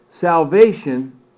salvation